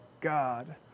God